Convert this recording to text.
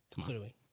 Clearly